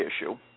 issue